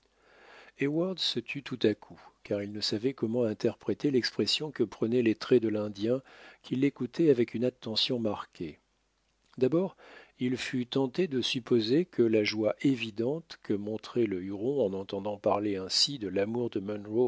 se tut tout à coup car il ne savait comment interpréter l'expression que prenaient les traits de l'indien qui l'écoutait avec une attention marquée d'abord il fut tenté de supposer que la joie évidente que montrait le huron en entendant parler ainsi de l'amour de